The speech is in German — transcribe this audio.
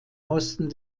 osten